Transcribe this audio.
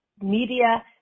media